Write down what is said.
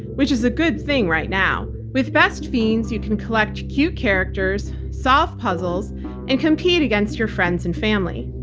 which is a good thing right now. with best fiends, you can collect cute characters, solve puzzles and compete against your friends and family.